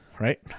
right